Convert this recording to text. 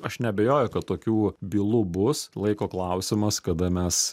aš neabejoju kad tokių bylų bus laiko klausimas kada mes